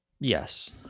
Yes